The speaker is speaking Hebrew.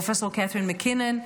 פרופ' קתרין מקינון,